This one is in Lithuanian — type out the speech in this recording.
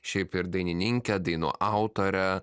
šiaip ir dainininkė dainų autorė